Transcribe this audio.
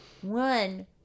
One